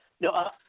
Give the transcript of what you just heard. No